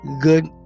good